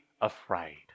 afraid